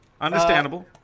Understandable